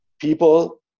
people